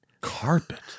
carpet